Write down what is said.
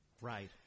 Right